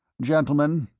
gentlemen,